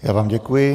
Já vám děkuji.